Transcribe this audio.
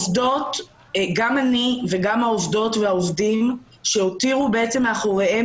גם אני וגם העובדות והעובדים שהותירו מאחוריהם